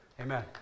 Amen